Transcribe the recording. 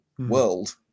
world